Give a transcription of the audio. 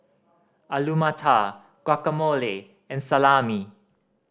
Alu Matar Guacamole and Salami